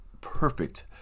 perfect